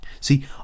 See